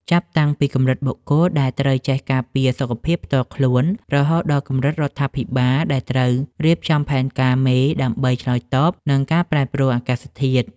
ចាប់តាំងពីកម្រិតបុគ្គលដែលត្រូវចេះការពារសុខភាពផ្ទាល់ខ្លួន រហូតដល់កម្រិតរដ្ឋាភិបាលដែលត្រូវរៀបចំផែនការមេដើម្បីឆ្លើយតបនឹងការប្រែប្រួលអាកាសធាតុ។